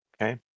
Okay